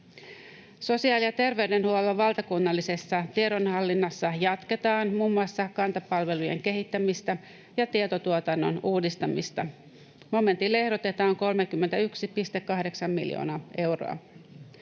Sosiaali- ja terveydenhuollon valtakunnallisessa tiedonhallinnassa jatketaan muun muassa Kanta-palvelujen kehittämistä ja tietotuotannon uudistamista. Momentille ehdotetaan 31,8 miljoonaa euroa.